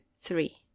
three